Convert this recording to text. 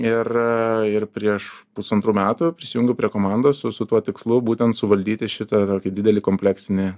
ir ir prieš pusantrų metų prisijungiau prie komandos su su tuo tikslu būtent suvaldyti šitą tokį didelį kompleksinį